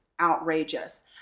outrageous